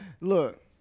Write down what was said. look